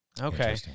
Okay